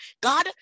god